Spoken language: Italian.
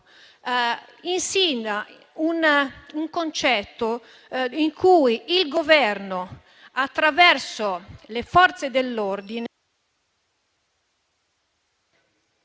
insinua il concetto per cui il Governo, attraverso le Forze dell'ordine,